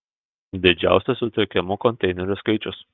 didžiausias suteikiamų konteinerių skaičius